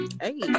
Hey